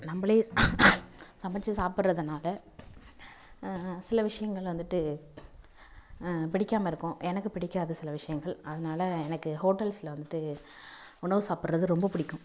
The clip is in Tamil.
நம்மளே சமைச்சு சாப்பிட்றதுனால சில விஷயங்கள் வந்துட்டு பிடிக்காமல் இருக்கும் எனக்கு பிடிக்காது சில விஷயங்கள் அதனால எனக்கு ஹோட்டல்ஸில் வந்துட்டு உணவு சாப்பிட்றது ரொம்ப பிடிக்கும்